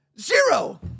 Zero